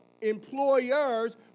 employers